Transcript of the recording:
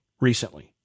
recently